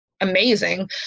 amazing